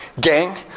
Gang